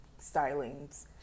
stylings